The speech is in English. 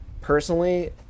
personally